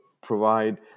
provide